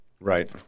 Right